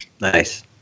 Nice